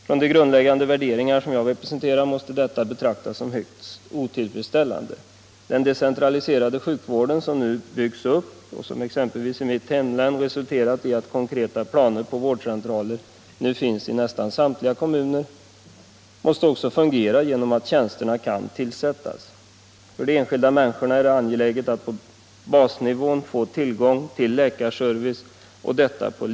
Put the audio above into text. Från de grundläggande värderingar som jag representerar måste detta betraktas som högst otillfredsställande. Den decentraliserade sjukvården som nu byggs upp och som exempelvis i mitt hemlän resulterat i att konkreta planer på vårdcentraler i dag finns i nästan samtliga kommuner, måste också fungera genom att tjänsterna kan tillsättas. För de enskilda människorna är det mest angeläget att på lika villkor få tillgång till läkarservice på basnivån.